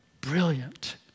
Brilliant